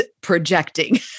projecting